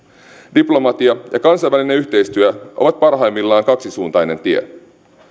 diplomatia ja kansainvälinen yhteistyö ovat parhaimmillaan kaksisuuntainen tie